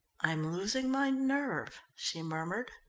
i'm losing my nerve she murmured.